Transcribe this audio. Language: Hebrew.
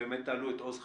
ובאמת תעלו את עוז חיים,